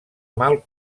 mal